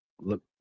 look